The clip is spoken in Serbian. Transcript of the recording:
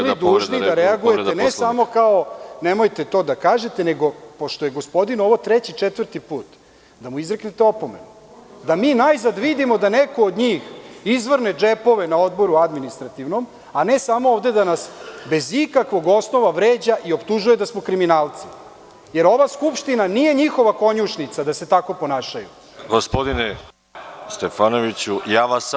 Bili ste dužni da reagujete ne samo kao, nemojte to da kažete, nego pošto je gospodinu ovo treći – četvrti put, da mu izreknete opomenu, da mi najzad vidimo da neko od njih izvrne džepove na Odboru administrativnom, a ne samo ovde da nas bez ikakvog osnova vređa i optužuje da smo kriminalci, jer ova Skupština nije njihova konjušnica da se tako ponašaju. (Zoran Babić, s mesta: Na šta ovo liči da kolege nazivate konjima?